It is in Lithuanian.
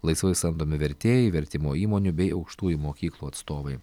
laisvai samdomi vertėjai vertimo įmonių bei aukštųjų mokyklų atstovai